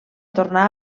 tornar